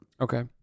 Okay